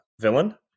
villain